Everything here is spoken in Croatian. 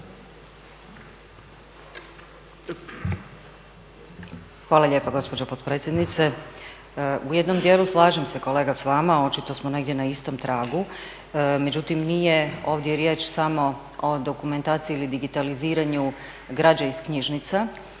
Hvala lijepa gospođo potpredsjednice. U jednom dijelu slažem se kolega s vama, očito smo negdje na istom tragu, međutim nije ovdje riječ samo o dokumentaciji ili digitaliziranju građe iz knjižnica.